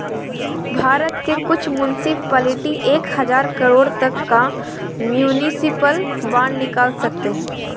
भारत के कुछ मुन्सिपलिटी एक हज़ार करोड़ तक का म्युनिसिपल बांड निकाल सकते हैं